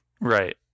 Right